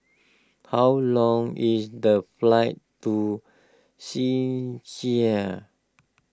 how long is the flight to Czechia